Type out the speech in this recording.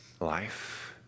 life